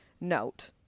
note